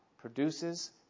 produces